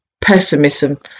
pessimism